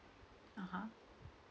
(uh huh)